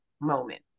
moment